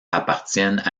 appartiennent